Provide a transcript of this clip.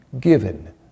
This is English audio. given